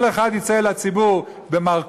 כל אחד יצא לציבור במרכולתו,